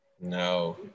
No